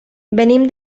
venim